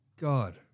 God